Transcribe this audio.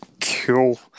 Cool